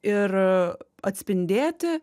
ir atspindėti